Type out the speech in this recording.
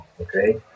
okay